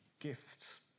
gifts